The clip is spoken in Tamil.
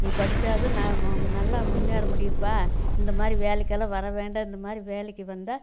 நீ படித்தாதான் நல்ல மு நல்லா முன்னேற முடியும்ப்பா இந்த மாதிரி வேலைக்கெல்லாம் வர வேண்டாம் இந்த மாதிரி வேலைக்கு வந்தால்